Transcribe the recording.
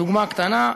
דוגמה קטנה,